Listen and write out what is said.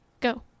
go